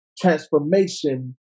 Transformation